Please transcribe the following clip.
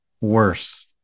worse